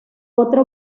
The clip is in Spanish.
otra